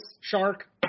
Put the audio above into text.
shark